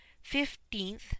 fifteenth